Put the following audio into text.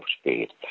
speed